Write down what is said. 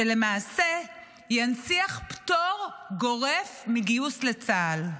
שלמעשה ינציח פטור גורף מגיוס לצה"ל.